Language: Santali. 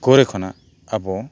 ᱠᱚᱨᱮ ᱠᱷᱚᱱᱟᱜ ᱟᱵᱚ